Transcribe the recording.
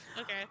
Okay